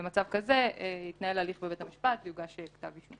במצב כזה יתנהל הליך בבית המשפט ויוגש כתב אישום